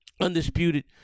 undisputed